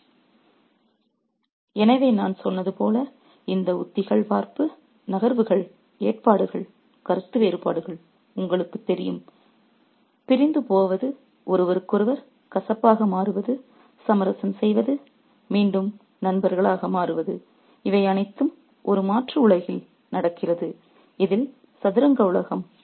refer slide time 1307 எனவே நான் சொன்னது போல இந்த உத்திகள் வார்ப்பு நகர்வுகள் ஏற்பாடுகள் கருத்து வேறுபாடுகள் உங்களுக்குத் தெரியும் பிரிந்து போவது ஒருவருக்கொருவர் கசப்பாக மாறுவது சமரசம் செய்வது மீண்டும் நண்பர்களாக மாறுவது இவை அனைத்தும் ஒரு மாற்று உலகில் நடக்கிறது இதில் சதுரங்க உலகம்